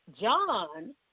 John